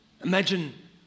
Imagine